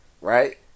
right